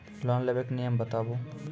Loan लेबे के नियम बताबू?